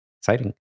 Exciting